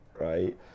right